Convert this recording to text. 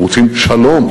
אנחנו רוצים שלום,